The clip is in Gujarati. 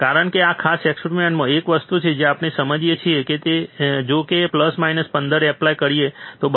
કારણ કે આ ખાસ એક્સપેરિમેન્ટમાં એક વસ્તુ જે આપણે સમજીએ છીએ તે એ છે કે જો આપણે પ્લસ માઇનસ 15 એપ્લાય કરીએ તો બરાબર